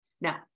Now